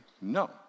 no